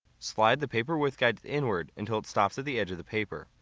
slide the paper width guide inward until it stops at the edge of the paper.